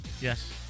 Yes